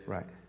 Right